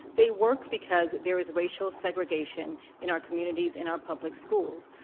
they work because there is racial segregation in our communities in our public schools.